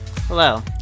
Hello